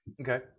Okay